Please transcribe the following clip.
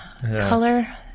color